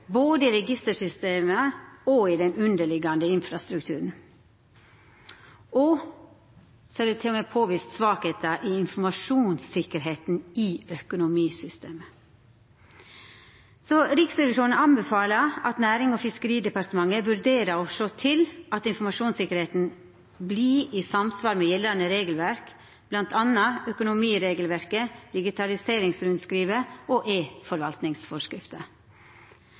i Brønnøysundregistra, i både registersystema og den underliggande infrastrukturen. Det er til og med påvist svakheiter ved informasjonssikkerheita i økonomisystemet. Riksrevisjonen anbefaler at Nærings- og fiskeridepartementet vurderer å sjå til at informasjonssikkerheita vert i samsvar med gjeldande regelverk, bl.a. økonomiregelverket, Digitaliseringsrundskrivet og